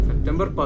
September